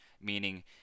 meaning